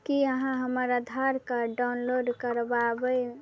कि अहाँ हमर आधार कार्ड डाउनलोड करबाबै